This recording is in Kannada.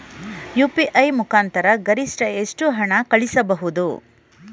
ಯು.ಪಿ.ಐ ಮುಖಾಂತರ ಗರಿಷ್ಠ ಎಷ್ಟು ಹಣ ಕಳಿಸಬಹುದು?